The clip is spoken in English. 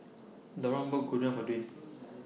Loran bought Gyudon For Dwayne